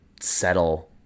settle